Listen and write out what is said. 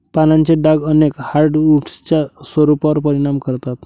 पानांचे डाग अनेक हार्डवुड्सच्या स्वरूपावर परिणाम करतात